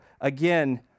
again